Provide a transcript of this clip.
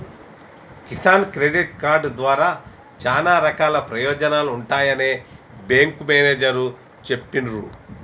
Kisan credit card ద్వారా చానా రకాల ప్రయోజనాలు ఉంటాయని బేంకు మేనేజరు చెప్పిన్రు